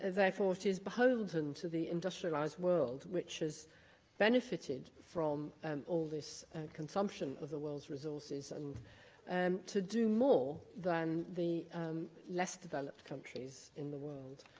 and therefore it is beholden on the industrialised world, which has benefited from um all this consumption of the world's resources, and and to do more than the less developed countries in the world.